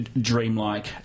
dreamlike